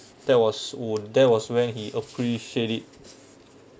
that was would there was when he appreciate it